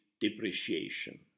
depreciation